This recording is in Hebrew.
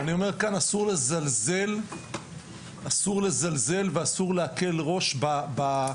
ואני אומר כאן, אסור לזלזל ואסור להקל ראש באיום.